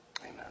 Amen